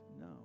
No